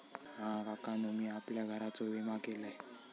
हा, काकानु मी आपल्या घराचो विमा केलंय